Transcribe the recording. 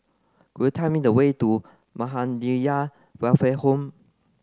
could you tell me the way to Muhammadiyah Welfare Home